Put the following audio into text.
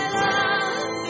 love